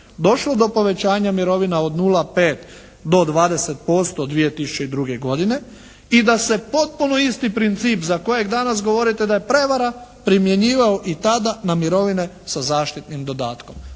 došlo do povećanja mirovina od 0,5 do 20% 2000. godine i da se potpuno isti princip za kojeg danas govorite da je prevara primjenjivao i tada na mirovine sa zaštitnim dodatkom.